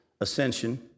ascension